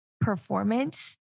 performance